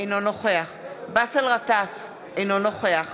אינו נוכח באסל גטאס, אינו נוכח